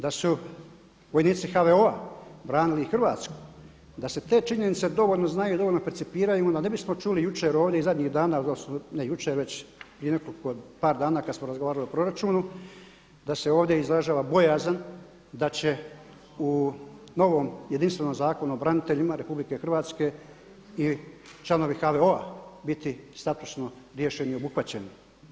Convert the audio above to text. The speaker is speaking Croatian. Da su vojnici HVO-a branili Hrvatsku, da se te činjenice dovoljno znaju i dovoljno percipiraju onda ne bismo čuli jučer ovdje i zadnjih dana da su, ne jučer nego prije nekoliko par dana kad smo razgovarali o proračunu da se ovdje izražava bojazan da će u novom jedinstvenom Zakonu o braniteljima Republike Hrvatske i članovi HVO-a biti statusno riješeni i obuhvaćeni.